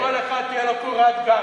שלכל אחד תהיה קורת גג.